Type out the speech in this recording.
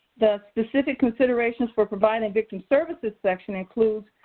the specific considerations for providing victim services section includes,